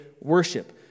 worship